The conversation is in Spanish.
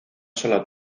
sola